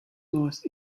most